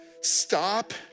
stop